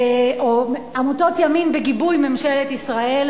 או עמותות ימין בגיבוי ממשלת ישראל,